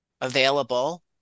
available